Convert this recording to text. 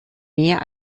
mehr